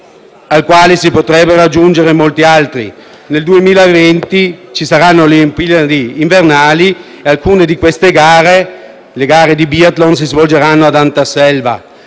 al quale se ne potrebbero aggiungere molti altri: nel 2020 ci saranno le Olimpiadi invernali e alcune di queste gare - le gare di biathlon - si svolgeranno ad Anterselva.